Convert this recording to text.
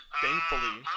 Thankfully